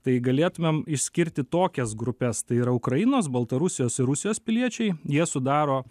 tai galėtumėm išskirti tokias grupes tai yra ukrainos baltarusijos ir rusijos piliečiai jie sudaro